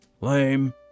Lame